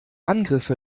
angriffe